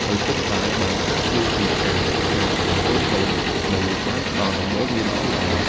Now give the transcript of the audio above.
ឪពុកម្តាយបានសាកសួរពីការសិក្សារបស់កូនៗ និងបានផ្តល់ដំបូន្មានល្អៗ។